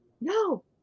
no